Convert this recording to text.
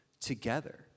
together